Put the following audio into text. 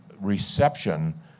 reception